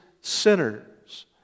sinners